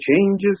changes